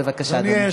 בבקשה, אדוני.